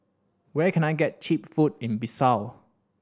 where can I get cheap food in Bissau